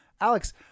Alex